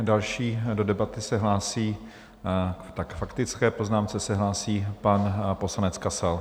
Další do debaty se hlásí k faktické poznámce se hlásí pan poslanec Kasal.